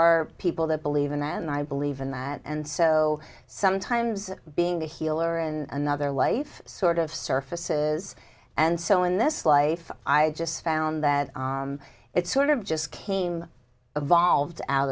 are people that believe in that and i believe in that and so sometimes being the healer in another life sort of surfaces and so in this life i just found that it sort of just came